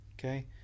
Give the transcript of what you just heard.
Okay